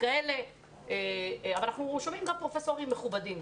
כאלה אבל אנחנו גם שומעים פרופסורים מכובדים.